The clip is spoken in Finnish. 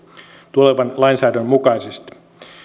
tulevan lainsäädännön mukaisesti